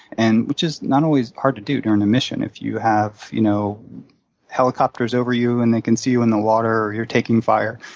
and which is not always hard to do during a mission if you have you know helicopters over you and they can see you in the water, or you're taking fire,